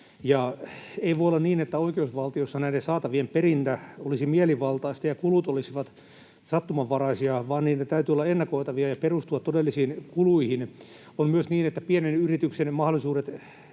Ei voi olla niin, että oikeusvaltiossa näiden saatavien perintä olisi mielivaltaista ja kulut olisivat sattumanvaraisia, vaan niiden täytyy olla ennakoitavia ja perustua todellisiin kuluihin. On myös niin, että pienen yrityksen mahdollisuudet